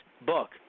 book